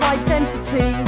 identity